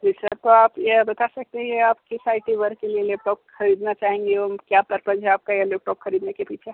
जी sir तो आप यह बता सकते हैं यह आप किस आई टी वर्क के लिए लैपटॉप खरीदना चाहेंगे और क्या पर्पस है आपका यह लैपटॉप खरीदने के पीछे